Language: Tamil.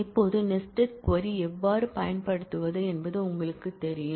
இப்போது நெஸ்டட் க்வரி எவ்வாறு பயன்படுத்துவது என்பது உங்களுக்குத் தெரியும்